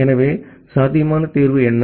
எனவே சாத்தியமான தீர்வு என்ன